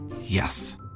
Yes